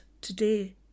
today